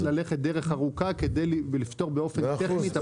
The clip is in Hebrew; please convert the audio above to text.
והוא מוכן ללכת דרך ארוכה על מנת לפתור באופן טכני את